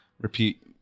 repeat